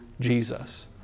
Jesus